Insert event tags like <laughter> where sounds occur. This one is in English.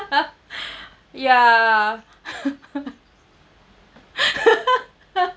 <laughs> ya <laughs>